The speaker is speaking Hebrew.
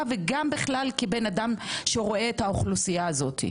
וכבן אדם שרואה את האוכלוסייה הזו.